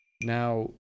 Now